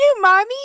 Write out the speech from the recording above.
mommy